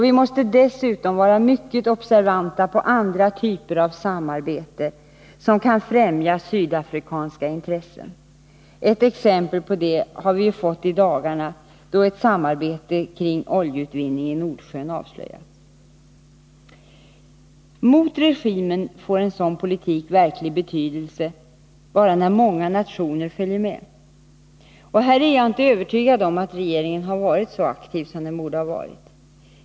Vi måste dessutom vara mycket observanta på andra typer av samarbete som kan främja sydafrikanska intressen. Ett exempel på det har vi ju fått i dagarna då ett samarbete kring oljeutvinningen i Nordsjön avslöjats. Mot regimen får en sådan politik verklig betydelse bara när många nationer följer med. Här är jag inte övertygad om att regeringen varit så aktiv som den borde ha varit.